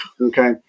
Okay